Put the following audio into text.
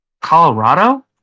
Colorado